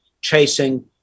chasing